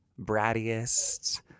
brattiest